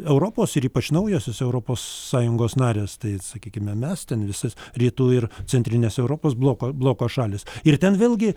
europos ir ypač naujosios europos sąjungos narės tai sakykime mes ten visos rytų ir centrinės europos bloko bloko šalys ir ten vėlgi